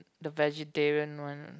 the vegetarian one